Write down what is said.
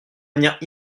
manière